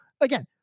Again